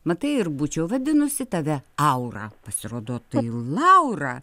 matai ir būčiau vadinusi tave aura pasirodo tai laura